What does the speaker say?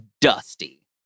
dusty